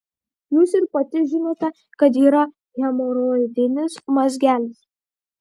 jūs ir pati žinote kad yra hemoroidinis mazgelis